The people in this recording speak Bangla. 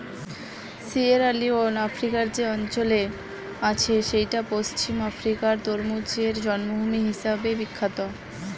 সিয়েরালিওন আফ্রিকার যে অঞ্চলে আছে সেইটা পশ্চিম আফ্রিকার তরমুজের জন্মভূমি হিসাবে বিখ্যাত